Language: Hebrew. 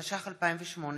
התשע"ח 2018,